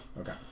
Okay